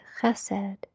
chesed